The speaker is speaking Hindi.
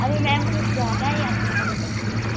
अरे मैम कुछ ज़्यादा ही आपने कम कर दिया